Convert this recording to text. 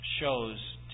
shows